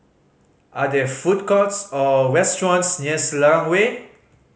are there food courts or restaurants near Selarang Way